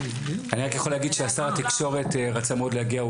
אני רק יכול להגיד ששר התקשורת רצה מאוד להגיע.